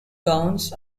gowns